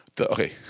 okay